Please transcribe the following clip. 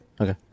Okay